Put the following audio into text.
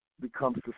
becomes